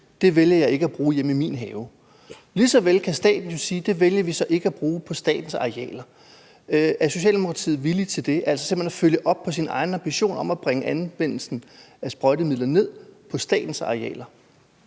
Jeg vælger ikke at bruge det hjemme i min have. Lige så vel kan staten jo sige: Vi vælger ikke at bruge det på statens arealer. Er Socialdemokratiet villig til det? Altså er man villig til simpelt hen at følge op på sin egen ambition om at nedbringe anvendelsen af sprøjtemidler på statens arealer?